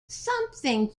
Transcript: something